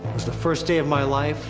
was the first day of my life